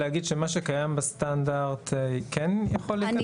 להגיד שאולי מה שקיים בסטנדרט כן יכול להיכנס?